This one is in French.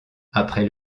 après